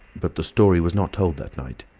but the story was not told that night.